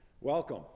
Welcome